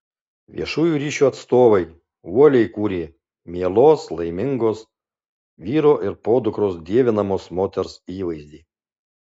viešųjų ryšių atstovai uoliai kūrė mielos laimingos vyro ir podukros dievinamos moters įvaizdį